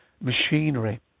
machinery